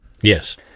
Yes